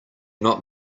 not